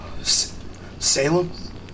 Salem